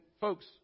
folks